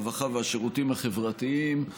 הרווחה והשירותים החברתיים על